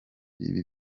ibi